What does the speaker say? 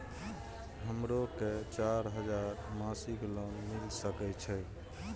हमरो के चार हजार मासिक लोन मिल सके छे?